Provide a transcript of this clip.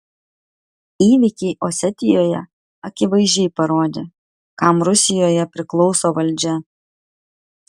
įvykiai osetijoje akivaizdžiai parodė kam rusijoje priklauso valdžia